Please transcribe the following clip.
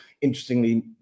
interestingly